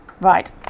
Right